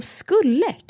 skulle